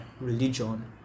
religion